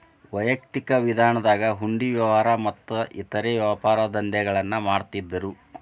ವೈಯಕ್ತಿಕ ವಿಧಾನದಾಗ ಹುಂಡಿ ವ್ಯವಹಾರ ಮತ್ತ ಇತರೇ ವ್ಯಾಪಾರದಂಧೆಗಳನ್ನ ಮಾಡ್ತಿದ್ದರು